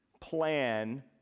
plan